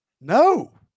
No